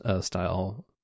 style